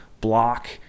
block